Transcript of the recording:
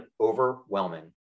overwhelming